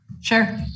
Sure